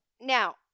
Now